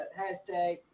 hashtag